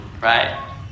right